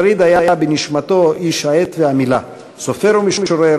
שריד היה בנשמתו איש העט והמילה: סופר ומשורר,